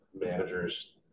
managers